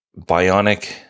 bionic